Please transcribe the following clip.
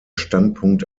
standpunkt